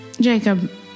Jacob